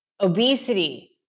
Obesity